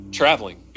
traveling